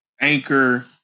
Anchor